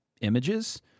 images